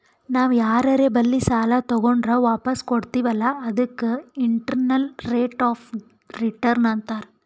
ನಾವ್ ಯಾರರೆ ಬಲ್ಲಿ ಸಾಲಾ ತಗೊಂಡುರ್ ವಾಪಸ್ ಕೊಡ್ತಿವ್ ಅಲ್ಲಾ ಅದಕ್ಕ ಇಂಟರ್ನಲ್ ರೇಟ್ ಆಫ್ ರಿಟರ್ನ್ ಅಂತಾರ್